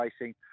racing